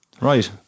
Right